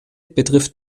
betrifft